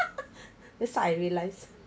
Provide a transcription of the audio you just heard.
this I realised